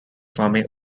farming